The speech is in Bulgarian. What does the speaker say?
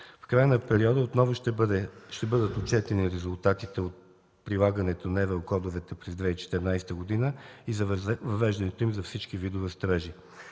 В края на периода отново ще бъдат отчетени резултатите от прилагането на еврокодовете през 2014 г. и въвеждането им за всички видове строежи.